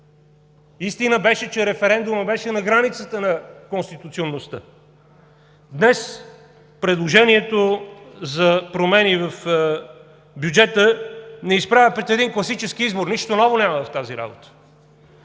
Истина е, че референдумът беше на границата на конституционността. Днес предложението за промени в бюджета ни изправя пред един класически избор, нищо ново няма в тази работа